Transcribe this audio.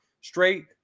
straight